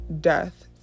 death